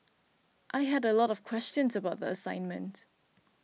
I had a lot of questions about the assignment